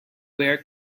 ware